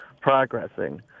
progressing